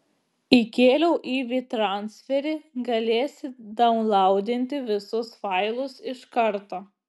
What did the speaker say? įkėliau į vytransferį galėsi daunlaudinti visus failus iš karto